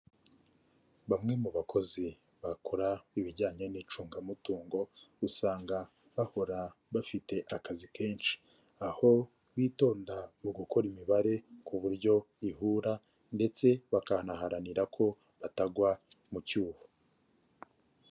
Bamwe mu bakozi bakora ibijyanye n'icungamutungo, usanga bahora bafite akazi kenshi, aho bitonda mu gukora imibare ku buryo bihura ndetse bakanaharanira ko batagwa mu cyuho.